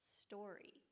story